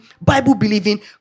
Bible-believing